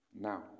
Now